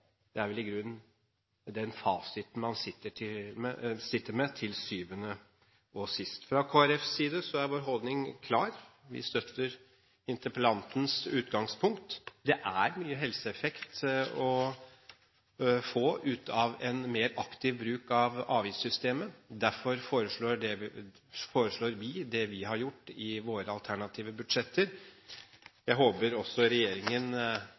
Det er vel i grunnen den fasiten man sitter med til syvende og sist. Fra Kristelig Folkepartis side er vår holdning klar: Vi støtter interpellantens utgangspunkt om at det er mye helseeffekt å få ut av en mer aktiv bruk av avgiftssystemet. Derfor foreslår vi det vi har gjort i våre alternative budsjetter. Jeg håper også regjeringen